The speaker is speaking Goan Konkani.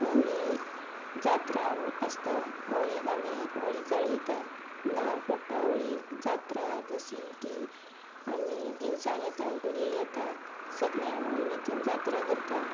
होळयेक जात्रा आसता होळयेक आमी होळी जळयता नाल्ल फोडटा होळयेक जात्रा जशी की आमी दिवजां घेता गुडी घेता सगली आमी उमेदीन जात्रा करता